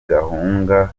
gahunga